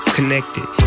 Connected